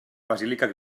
basílica